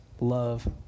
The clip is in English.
love